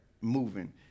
moving